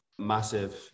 massive